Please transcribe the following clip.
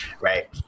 Right